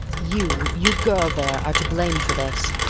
you, you girl there, are to blame for this!